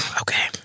okay